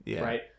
right